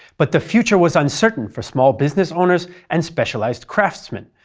but the future was uncertain for small business owners and specialized craftsmen,